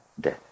death